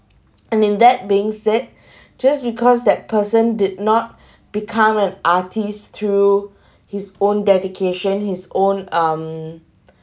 and in that being said just because that person did not become an artist through his own dedication his own um